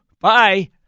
Bye